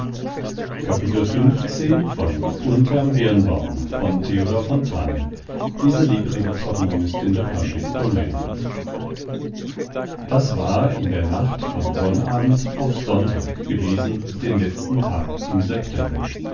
das war in der nacht von sonnabend auf sonntag gewesen den letzten tag im september